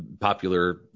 popular